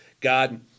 God